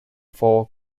for